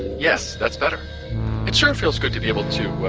yes, that's better. it sure feels good to be able to ahh.